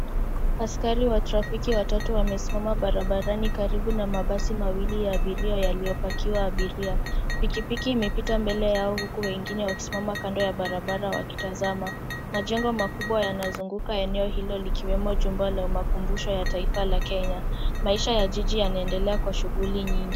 Askari wa trafiki watatu wanasimama barabarani karibu na mabasi mawili ya abiria yaliyopakia abiria. Pikipiki imepita mbele yao huku wengine wakisimama kando ya barabara wakitazama. Majengo makubwa yanazunguka eneo hilo likiwemo jumba la makumbusho ya taifa la Kenya. Maisha ya jiji yanaendelea kwa shughuli nyingi.